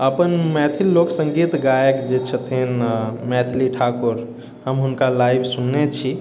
अपन मैथिल लोकसङ्गीत गायक जे छथिन मैथिली ठाकुर हम हुनका लाइव सुनने छी